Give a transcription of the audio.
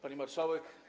Pani Marszałek!